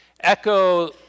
echo